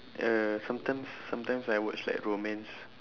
uh sometimes sometimes I watch like romance